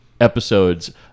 episodes